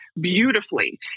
beautifully